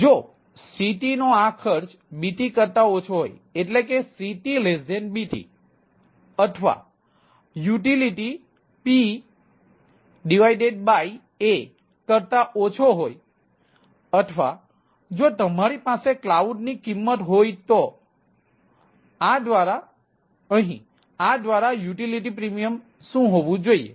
જો CT નો આ ખર્ચ BT કરતા ઓછો CT BTઅથવા યુટિલિટી PAકરતા ઓછો હોય અથવા જો તમારી પાસે ક્લાઉડની કિંમત હોય તો અહીં આ દ્વારા યુટિલિટી પ્રીમિયમ શું હોવું જોઈએ